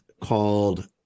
called